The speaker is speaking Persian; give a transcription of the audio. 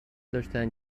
داشتن